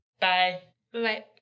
Bye-bye